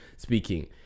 speaking